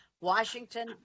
Washington